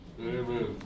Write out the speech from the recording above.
Amen